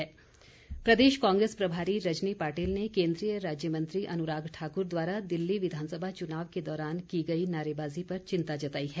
रजनी पाटिल प्रदेश कांग्रेस प्रभारी रजनी पाटिल ने केन्द्रीय राज्य मंत्री अनुराग ठाकुर द्वारा दिल्ली विधानसभा चुनाव के दौरान की गई नारेबाजी पर चिंता जताई है